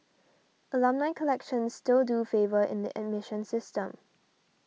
alumni connections still do favour in the admission system